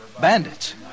Bandits